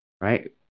right